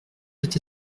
peut